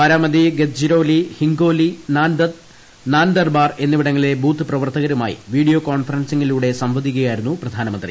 ബാരാമതി ഗദ്ചിരോലി ഹിങ്കോലി നാൻദദ് നാൻദർബാർ എന്നിവിടങ്ങളിലെ ബൂത്ത് പ്രവർത്തകരുമായി വീഡിയോ കോൺഫറൻസിംഗിലൂടെ സംവദിക്കുകയായിരുന്നു പ്രധാനമന്ത്രി